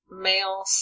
male